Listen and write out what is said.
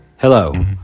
Hello